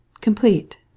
Complete